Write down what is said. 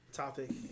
topic